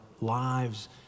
lives